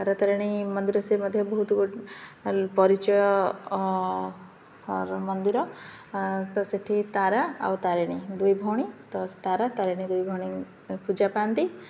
ତାରା ତାରିଣୀ ମନ୍ଦିର ସେ ମଧ୍ୟ ବହୁତ ପରିଚୟର ମନ୍ଦିର ତ ସେଠି ତାରା ଆଉ ତାରିଣୀ ଦୁଇ ଭଉଣୀ ତ ତାରା ତାରିଣୀ ଦୁଇ ଭଉଣୀ ପୂଜା ପାଆନ୍ତି